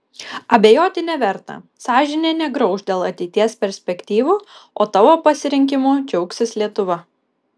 abejoti neverta sąžinė negrauš dėl ateities perspektyvų o tavo pasirinkimu džiaugsis lietuva